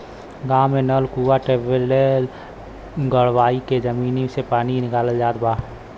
गांव में नल, कूंआ, टिबेल गड़वाई के जमीनी से पानी निकालल जात बा